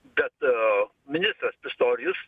bet a ministras pistorijus